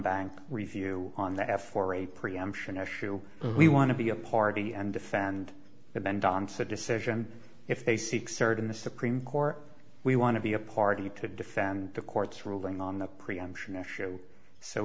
bank review on that f or a preemption issue we want to be a party and defend the mendonsa decision if they seek certain the supreme court we want to be a party to defend the court's ruling on the preemption issue so